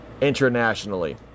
internationally